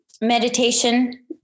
meditation